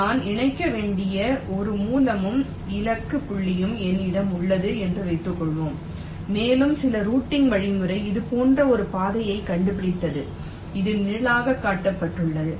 நான் இணைக்க வேண்டிய ஒரு மூலமும் இலக்கு புள்ளியும் என்னிடம் உள்ளது என்று வைத்துக்கொள்வோம் மேலும் சில ரூட்டிங் வழிமுறை இது போன்ற ஒரு பாதையை கண்டுபிடித்தது இது நிழலாகக் காட்டப்பட்டுள்ளது